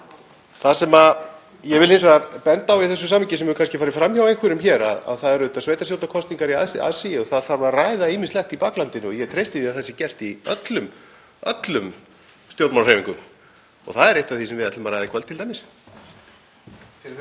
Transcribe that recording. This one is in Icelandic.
Það sem ég vil hins vegar benda á í þessu samhengi, sem hefur kannski farið fram hjá einhverjum hér, er að það eru auðvitað sveitarstjórnarkosningar í aðsigi og það þarf að ræða ýmislegt í baklandinu. Ég treysti því að það sé gert í öllum stjórnmálahreyfingum og það er eitt af því sem við ætlum að ræða í kvöld t.d.